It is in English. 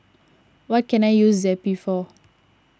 what can I use Zappy for